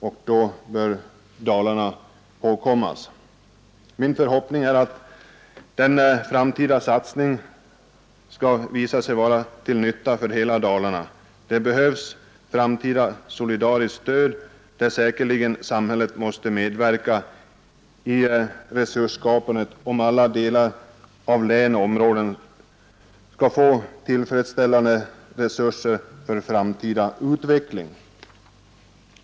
Därvid bör Dalarna ihågkommas. Min förhoppning är att denna framtida satsning skall visa sig vara till nytta för hela Dalarna. Det behövs i framtiden ett solidariskt stöd. Därvid måste samhället säkerligen medverka i resursskapandet för att alla delar av länet skall få tillräckliga resurser för en tillfredsställande framtida utveckling.